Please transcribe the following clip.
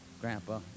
grandpa